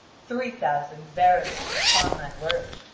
three thousand, verily, upon my word.